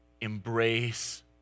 embrace